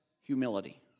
humility